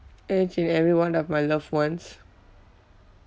each and everyone of my loved ones